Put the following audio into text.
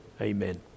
Amen